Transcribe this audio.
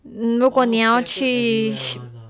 如果你要去